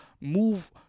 move